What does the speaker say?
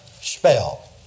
spell